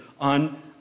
on